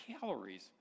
calories